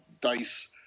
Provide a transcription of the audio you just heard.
dice